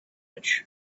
edge